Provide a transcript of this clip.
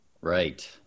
Right